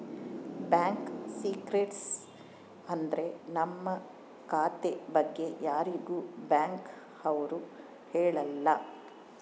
bank secrecy ಅಂದ್ರ ನಮ್ ಖಾತೆ ಬಗ್ಗೆ ಯಾರಿಗೂ ಬ್ಯಾಂಕ್ ಅವ್ರು ಹೇಳಲ್ಲ